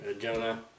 Jonah